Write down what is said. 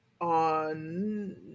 on